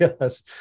Yes